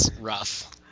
rough